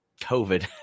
COVID